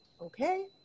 okay